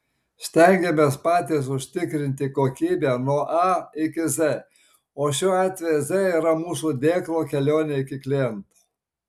stengiamės patys užtikrinti kokybę nuo a iki z o šiuo atveju z yra mūsų dėklo kelionė iki kliento